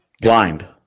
Blind